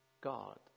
God